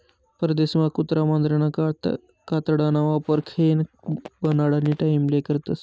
परदेसमा कुत्रा मांजरना कातडाना वापर खेयना बनाडानी टाईमले करतस